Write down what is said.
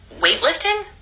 weightlifting